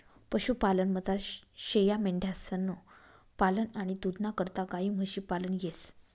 पशुपालनमझार शेयामेंढ्यांसनं पालन आणि दूधना करता गायी म्हशी पालन येस